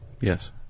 Yes